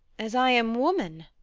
as i am woman